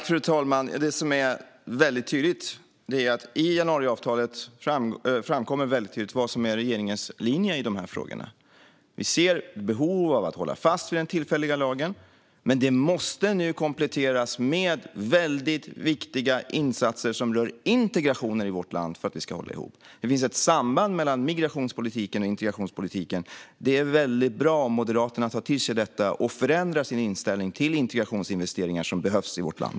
Fru talman! Regeringens linje i de här frågorna framgår väldigt tydligt i januariavtalet. Vi ser att det finns behov av att hålla fast vid den tillfälliga lagen. Men för att vi ska hålla ihop måste den nu kompletteras med väldigt viktiga insatser som rör integrationen i vårt land. Det finns ett samband mellan migrationspolitiken och integrationspolitiken. Det vore bra om Moderaterna tar till sig det och förändrar sin inställning till integrationsinvesteringar som behövs i vårt land.